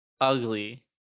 ugly